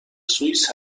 سوئیس